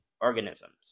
organisms